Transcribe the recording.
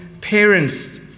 parents